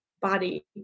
body